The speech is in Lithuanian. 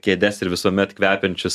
kėdes ir visuomet kvepiančius